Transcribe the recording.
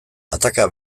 ataka